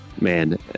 Man